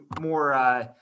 more